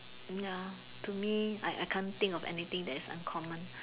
ya to me I I can't think of anything that is uncommon